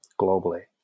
globally